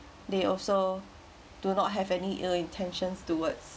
they also do not have any ill intentions towards